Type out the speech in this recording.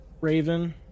Raven